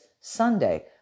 Sunday